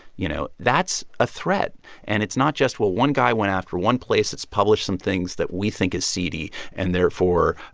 you know? that's a threat and it's not just, well, one guy went after one place that's published some things that we think is seedy and, therefore,